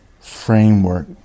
framework